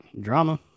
Drama